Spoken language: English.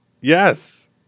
Yes